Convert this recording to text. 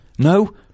No